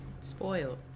Spoiled